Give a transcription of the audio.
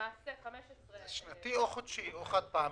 למעשה, 16.4. שנתי או חד פעמי?